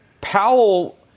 Powell